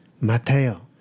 Mateo